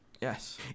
Yes